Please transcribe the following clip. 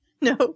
No